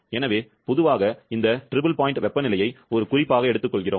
எனவே பொதுவாக இந்த மூன்று புள்ளி வெப்பநிலையை ஒரு குறிப்பாக எடுத்துக்கொள்கிறோம்